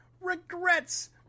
regrets